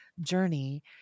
journey